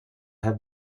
have